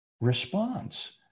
response